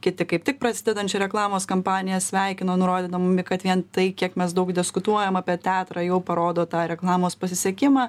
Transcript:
kiti kaip tik prasidedančią reklamos kampaniją sveikino nurodydami kad vien tai kiek mes daug diskutuojam apie teatrą jau parodo tą reklamos pasisekimą